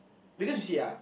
because you see ah